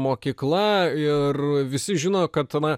mokykla ir visi žino kad na